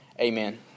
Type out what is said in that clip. Amen